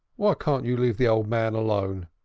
why can't you leave the old man alone?